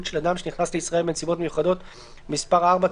של אדם שנכנס לישראל בנסיבות מיוחדות)(מס' 4),